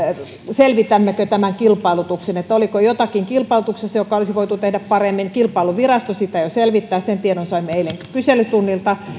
selvitämmekö tämän kilpailutuksen oliko kilpailutuksessa jotakin joka olisi voitu tehdä paremmin kilpailuvirasto sitä jo selvittää sen tiedon saimme eilen kyselytunnilla